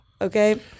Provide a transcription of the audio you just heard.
Okay